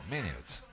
Minutes